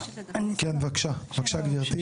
בבקשה, גבירתי.